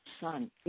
son